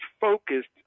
focused